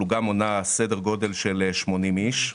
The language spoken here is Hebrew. הפלוגה מונה סדר גודל של 80 איש.